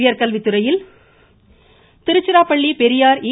உயர்கல்வித்துறையில் Tiruchirappalli Periyar ஈ